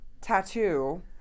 tattoo